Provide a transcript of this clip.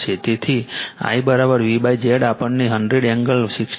તેથી IVZ આપણને 100 angle 61